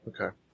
okay